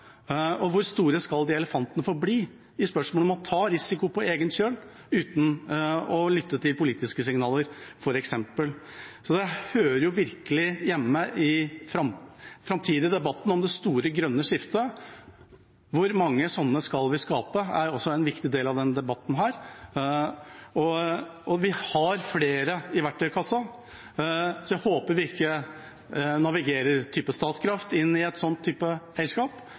spørsmålet om å ta risiko på egen kjøl, uten å lytte til politiske signaler, f.eks.? Så det hører virkelig hjemme i den framtidige debatten om det store, grønne skiftet. Hvor mange slike skal vi skape? Det er også en viktig del av denne debatten. Vi har flere i verktøykassa, så jeg håper vi ikke navigerer f.eks. Statkraft inn i et slikt eierskap.